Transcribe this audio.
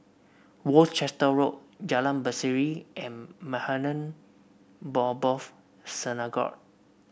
Worcester Road Jalan Berseri and Maghain Aboth Synagogue